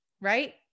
right